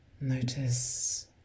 Notice